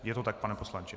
Je to tak, pane poslanče?